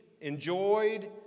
enjoyed